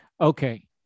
Okay